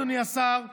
אדוני השר,